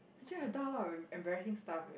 actually I've done a lot of em~ embarrassing stuff eh